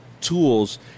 tools